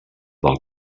del